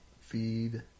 feed